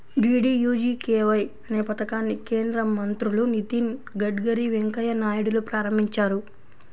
DDUGKY అనే పథకాన్ని కేంద్ర మంత్రులు నితిన్ గడ్కరీ, వెంకయ్య నాయుడులు ప్రారంభించారు